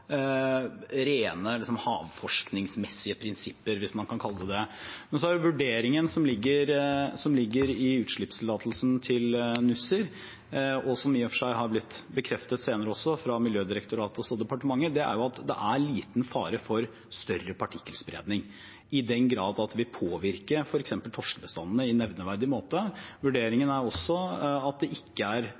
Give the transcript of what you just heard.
rene havforskningsmessige prinsipper, hvis man kan kalle det det. Så har vi vurderingen som ligger i utslippstillatelsen til Nussir, og som i og for seg har blitt bekreftet senere også, fra Miljødirektoratet og også fra departementet, som sier at det er liten fare for større partikkelspredning i den grad at det vil påvirke f.eks. torskebestandene på nevneverdig måte. Vurderingen er også at det ikke er